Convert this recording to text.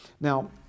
Now